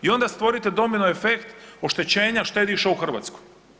I onda stvorite domino efekt oštećenja štediša u Hrvatskoj.